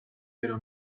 però